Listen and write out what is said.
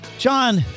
John